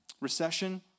recession